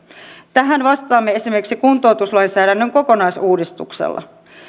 tähän vastaamme esimerkiksi kuntoutuslainsäädännön kokonaisuudistuksella